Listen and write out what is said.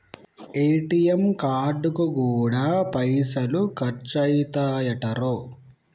ATM కార్డుకు గూడా పైసలు ఖర్చయితయటరో